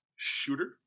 shooter